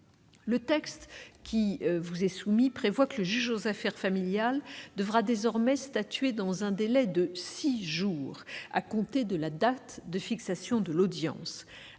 Le texte qui vous est soumis prévoit que le juge aux affaires familiales devra désormais statuer dans un délai de six jours à compter de la date de fixation de l'audience.